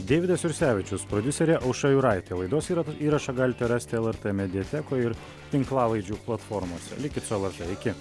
deividas jursevičius prodiuserė aušra juraitė laidos įrašą galite rasti lrt mediatekoj ir tinklalaidžių platformose likit su lrt iki